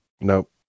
Nope